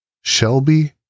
Shelby